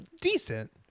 Decent